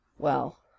Well